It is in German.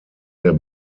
der